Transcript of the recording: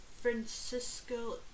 Francisco